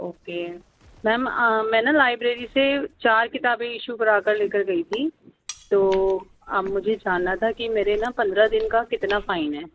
okay ma'am میں نا library سے چار کتابیں ایشو کرا کر لے کر گئی تھی تو اب مجھے جاننا تھا کہ میرے نا پندرہ دن کا کتنا فائن ہے